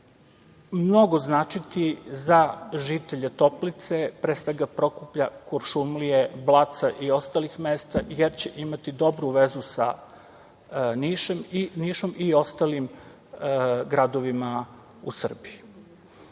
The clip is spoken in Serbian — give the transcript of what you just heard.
mnogo značiti za žitelje Toplice, pre svega Prokuplja, Kuršumlije, Blaca i ostalih mesta, jer će imati dobru vezu sa Nišom i ostalim gradovima u Srbiji. Od